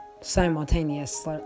simultaneous